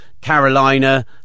Carolina